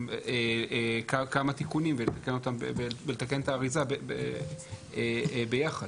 כמה תיקונים ולתקן את האריזה ביחד.